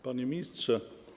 Panie Ministrze!